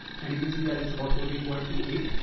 and you can see that it's about fourteen point two eight.